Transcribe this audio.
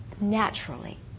naturally